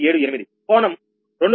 0478 కోణం 222